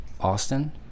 Austin